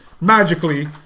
magically